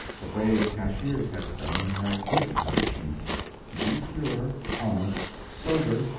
the brave cashier's head-stone has this inscription be pure, honest, sober,